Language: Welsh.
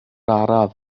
araf